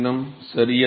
மாணவர் சரியா